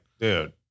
dude